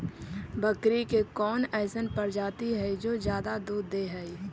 बकरी के कौन अइसन प्रजाति हई जो ज्यादा दूध दे हई?